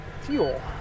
fuel